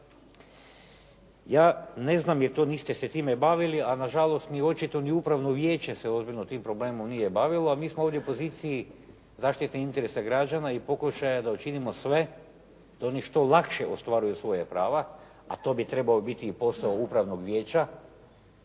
Ja ne znam jer to, niste se time bavili, a na žalost ni očito ni upravno vijeće se ozbiljno tim problemom nije bavilo, a mi smo ovdje u poziciji zaštite interesa građana i pokušaja da učinimo sve da oni što lakše ostvaruju svoja prava, a to bi trebao biti i posao upravnog vijeća